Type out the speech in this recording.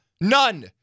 None